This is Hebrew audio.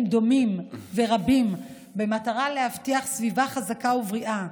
דומים ורבים במטרה להבטיח סביבה חזקה ובריאה,